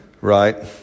Right